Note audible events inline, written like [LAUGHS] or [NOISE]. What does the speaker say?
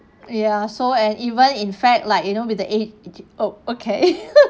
ya so and even in fact like you know with the aid of okay [LAUGHS]